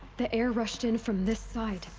the air rushed in from this side.